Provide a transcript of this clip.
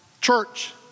church